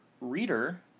reader